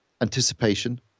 anticipation